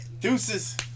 deuces